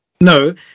No